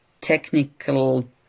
technical